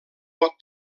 pot